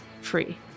free